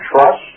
trust